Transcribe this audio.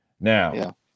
Now